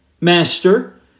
Master